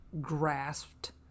Grasped